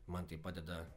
man tai padeda